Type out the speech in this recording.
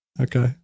Okay